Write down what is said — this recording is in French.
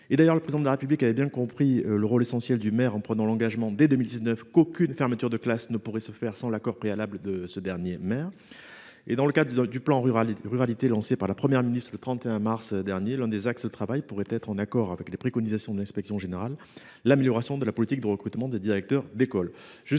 D’ailleurs, le Président de la République avait bien compris le rôle essentiel du maire en prenant l’engagement, dès 2019, qu’aucune fermeture de classe ne pourrait se faire sans l’accord préalable de ce dernier. Dans le cadre du plan ruralité, lancé par la Première ministre le 31 mars 2023, l’un des axes de travail pourrait être, en accord avec les préconisations de l’inspection générale, l’amélioration de la politique de recrutement des directeurs d’école.